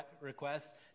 request